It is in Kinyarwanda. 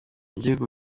gihugu